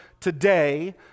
Today